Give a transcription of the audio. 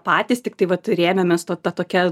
patys tiktai vat rėmėmės tuo ta tokia